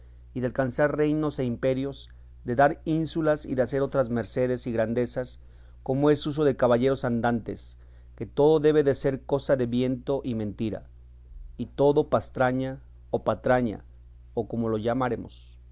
y de alcanzar reinos e imperios de dar ínsulas y de hacer otras mercedes y grandezas como es uso de caballeros andantes que todo debe de ser cosa de viento y mentira y todo pastraña o patraña o como lo llamáremos